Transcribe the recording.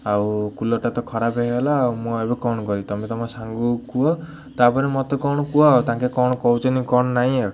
ଆଉ କୁଲର୍ଟା ତ ଖରାପ ହେଇଗଲା ଆଉ ମୁଁ ଏବେ କ'ଣ କରି ତମେ ତମ ସାଙ୍ଗକୁ କୁହ ତା'ପରେ ମତେ କ'ଣ କୁହ ଆଉ ତାଙ୍କେ କ'ଣ କହୁଛନ୍ତି କ'ଣ ନାଇଁ ଆଉ